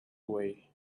way